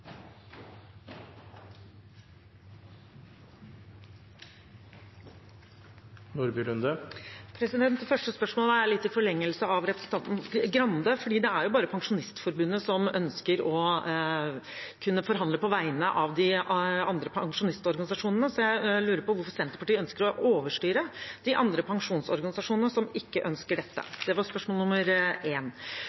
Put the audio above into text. litt i forlengelsen av spørsmålet fra representanten Grande, for det er jo bare Pensjonistforbundet som ønsker å kunne forhandle på vegne av de andre pensjonistorganisasjonene. Så jeg lurer på hvorfor Senterpartiet ønsker å overstyre de andre pensjonistorganisasjonene, som ikke ønsker dette.